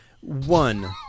One